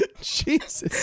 Jesus